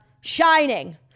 shining